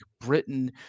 Britain